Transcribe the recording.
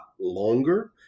longer